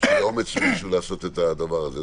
צריך אומץ בשביל לעשות את הדבר הזה.